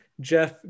Jeff